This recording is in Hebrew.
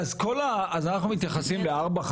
אנחנו מתייחסים לארבע,